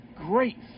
great